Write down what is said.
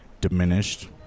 Diminished